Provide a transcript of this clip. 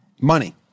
money